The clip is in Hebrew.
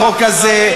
החוק הזה,